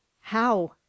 How